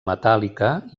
metàl·lica